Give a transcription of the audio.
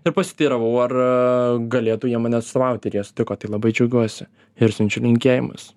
ir pasiteiravau ar galėtų jie mane atstovauti ir jie sutiko tai labai džiaugiuosi ir siunčiu linkėjimus